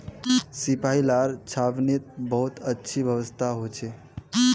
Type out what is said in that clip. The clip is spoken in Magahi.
सिपाहि लार छावनीत बहुत अच्छी व्यवस्था हो छे